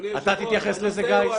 אתה תתייחס לזה, גיא?